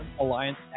Alliance